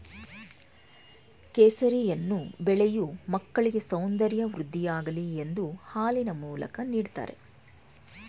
ಕೇಸರಿಯನ್ನು ಬೆಳೆಯೂ ಮಕ್ಕಳಿಗೆ ಸೌಂದರ್ಯ ವೃದ್ಧಿಯಾಗಲಿ ಎಂದು ಹಾಲಿನ ಮೂಲಕ ನೀಡ್ದತರೆ